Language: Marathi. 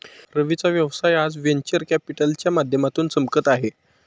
रवीचा व्यवसाय आज व्हेंचर कॅपिटलच्या माध्यमातून चमकत आहे